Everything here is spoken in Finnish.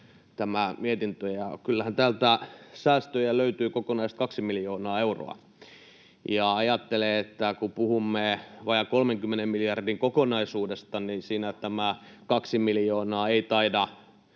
kyllähän täältä säästöjä löytyy kokonaiset kaksi miljoonaa euroa. Ajattelen, että kun puhumme vajaan 30 miljardin kokonaisuudesta, niin siinä tämä kaksi miljoonaa ei taida